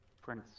Prince